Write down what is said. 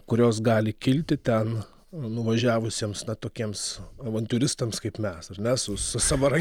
kurios gali kilti ten nuvažiavusiems tokiems avantiūristams kaip mes ar ne su savarank